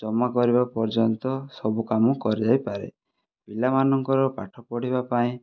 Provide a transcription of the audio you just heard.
ଜମା କରିବା ପର୍ଯ୍ୟନ୍ତ ସବୁ କାମ କରାଯାଇ ପାରେ ପିଲାମାନଙ୍କର ପାଠ ପଢ଼ିବା ପାଇଁ